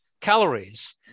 calories